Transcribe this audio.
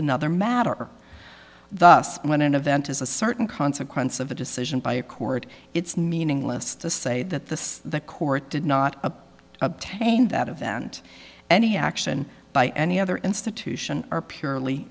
another matter thus when an event is a certain consequence of a decision by a court it's nein inglis to say that the court did not obtain that event any action by any other institution or purely